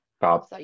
Bob